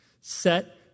Set